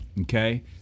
Okay